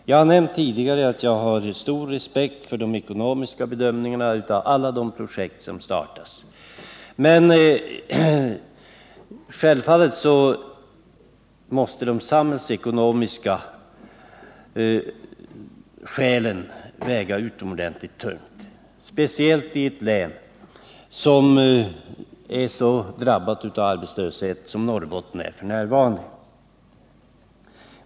Jag har nämnt tidigare att jag har stor respekt för de ekonomiska bedömningarna när projekt skall startas, men självfallet måste de samhällsekonomiska skälen väga utomordentligt tungt, speciellt i ett län som är så drabbat av arbetslöshet som Norrbotten är f. n.